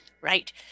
Right